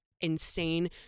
insane